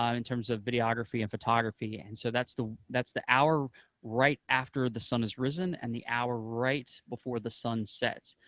um in terms of videography and photography, and so that's the that's the hour right after the sun has risen and the hour right before the sun sets.